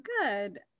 good